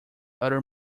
utter